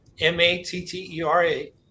M-A-T-T-E-R-A